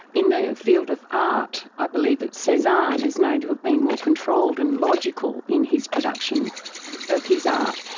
in the field of art i believe that cezanne is known to have been more controlled and logical in his production of his art,